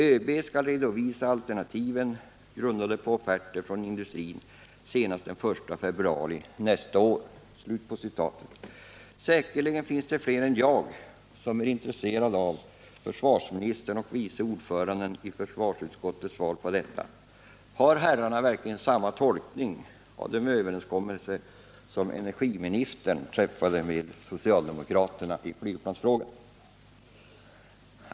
ÖB skall redovisa alternativen — grundade på offerter från industrin — senast till den 1 februari nästa år.” Säkerligen finns det fler än jag som är intresserade av att höra om försvarsministern och vice ordföranden i försvarsutskottet verkligen har samma tolkning av den överenskommelse som energiministern gjorde med socialdemokraterna i flygplansfrågan.